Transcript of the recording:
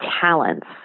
talents